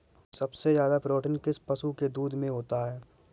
सबसे ज्यादा प्रोटीन किस पशु के दूध में होता है?